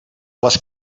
les